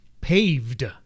paved